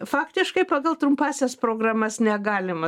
faktiškai pagal trumpąsias programas negalima